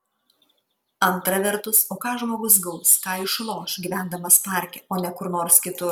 antra vertus o ką žmogus gaus ką išloš gyvendamas parke o ne kur nors kitur